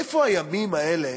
איפה הימים האלה,